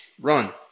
run